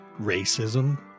racism